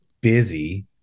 busy